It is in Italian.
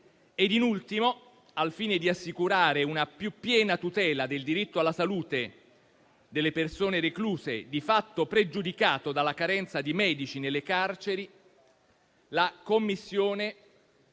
In ultimo, al fine di assicurare una più piena tutela del diritto alla salute delle persone recluse, di fatto pregiudicato dalla carenza di medici nelle carceri, la Commissione